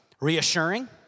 Reassuring